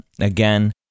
Again